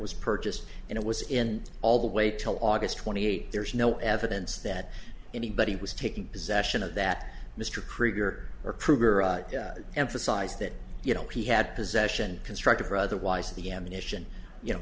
was purchased and it was in all the way till august twenty eighth there's no evidence that anybody was taking possession of that mr krueger or emphasized that you know he had possession constructive or otherwise the ammunition you know